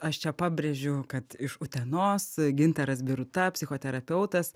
aš čia pabrėžiu kad iš utenos gintaras biruta psichoterapeutas